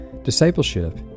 Discipleship